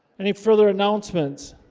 any further announcements?